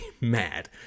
mad